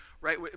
right